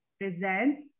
presents